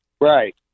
Right